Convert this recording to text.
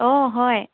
অঁ হয়